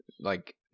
like-